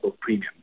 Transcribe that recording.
premium